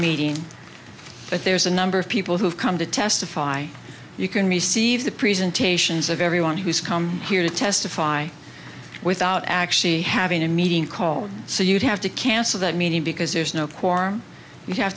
meeting but there's a number of people who have come to testify you can receive the presentations of everyone who's come here to testify without actually having a meeting call so you'd have to cancel that meeting because there's no core you have